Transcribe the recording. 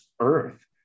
earth